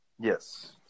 Yes